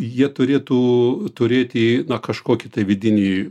jie turėtų turėti kažkokį vidinį